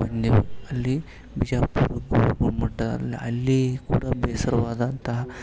ಬಂದೆವು ಅಲ್ಲಿ ಬಿಜಾಪುರ ಗೋಲುಗುಮ್ಮಟ ಅಲ್ಲಿ ಅಲ್ಲಿ ಕೂಡ ಬೇಸರವಾದಂತಹ